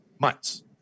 months